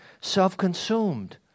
self-consumed